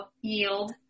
yield